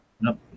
Nope